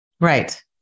Right